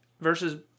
versus